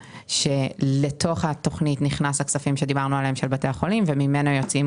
כשלתוך התכנית נכנסים הכספים של בתי החולים ויוצאים